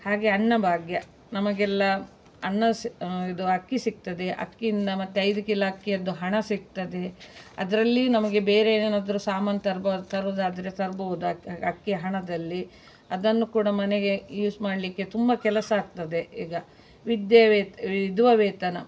ಹಾಗೆ ಅನ್ನಭಾಗ್ಯ ನಮಗೆಲ್ಲ ಅನ್ನ ಸ್ ಇದು ಅಕ್ಕಿ ಸಿಗ್ತದೆ ಅಕ್ಕಿಯಿಂದ ಮತ್ತು ಐದು ಕಿಲೋ ಅಕ್ಕಿಯದ್ದು ಹಣ ಸಿಗ್ತದೆ ಅದರಲ್ಲಿ ನಮಗೆ ಬೇರೆ ಏನೇನಾದ್ರೂ ಸಾಮಾನು ತರ್ಬೋದು ತರೋದಾದ್ರೆ ತರ್ಬೋದು ಅಕ್ಕಿ ಅಕ್ಕಿ ಹಣದಲ್ಲಿ ಅದನ್ನು ಕೂಡ ಮನೆಗೆ ಯೂಸ್ ಮಾಡಲಿಕ್ಕೆ ತುಂಬ ಕೆಲಸ ಆಗ್ತದೆ ಈಗ ವಿದ್ದೆ ವೇತ ವಿಧವಾ ವೇತನ